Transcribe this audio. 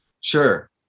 Sure